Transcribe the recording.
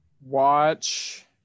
watch